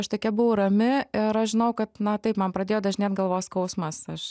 aš tokia buvau rami ir aš žinojau kad na taip man pradėjo dažnėt galvos skausmas aš